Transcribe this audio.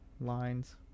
lines